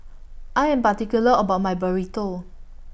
I Am particular about My Burrito